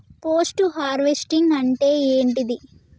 Post harvesting అంటే ఏంటిది?